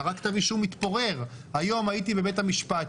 קרא כתב אישום מתפורר היום הייתי בבית המשפט,